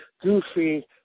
goofy